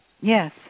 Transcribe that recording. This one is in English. Yes